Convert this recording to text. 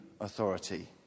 authority